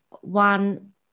One